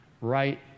right